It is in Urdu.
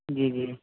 جی جی